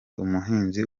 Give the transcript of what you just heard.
umuhinzi